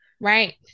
Right